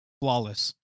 flawless